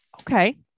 Okay